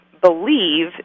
believe